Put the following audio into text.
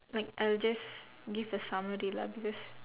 like I'll just give a summary lah because